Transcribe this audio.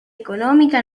económica